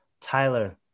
Tyler